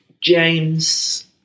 James